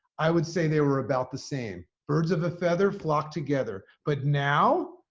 i would say there were about the same. birds of a feather flock together. but now,